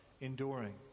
enduring